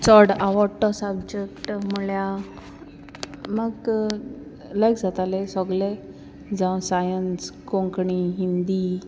चड आवडटो सब्जक्ट म्हळ्यार म्हाका लायक जाताले सगळे जावं सायन्स कोंकणी हिंदी